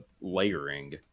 layering